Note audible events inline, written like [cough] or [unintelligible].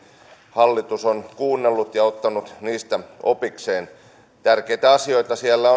hallitus on kuunnellut ja ottanut niistä opikseen tärkeitä asioita siellä [unintelligible]